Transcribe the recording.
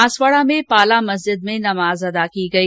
बांसवाडा में पाला मस्जिद में नमाज अदा की गई